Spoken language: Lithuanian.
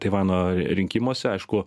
taivano rinkimuose aišku